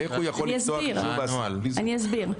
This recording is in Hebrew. אני אסביר.